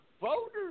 voters—